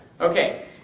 Okay